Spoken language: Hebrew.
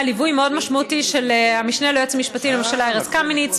היה ליווי מאוד משמעותי של המשנה ליועץ המשפטי לממשלה ארז קמיניץ,